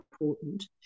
important